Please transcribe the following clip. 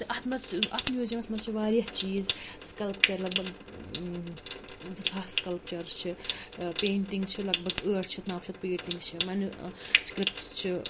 تہٕ اَتھ منٛز چھِ اَتھ میوٗزیَمَس منٛز چھِ واریاہ چیٖز سِکَلپچَر لَگ بَگ زٕ ساس سٕکَلپچَر چھِ پینٛٹِنٛگ چھِ لَگ بَگ ٲٹھ شَتھ نَو شَتھ پینٛٹِنٛگ چھِ مَنو سِکرِپٹٕس چھِ